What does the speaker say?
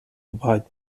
white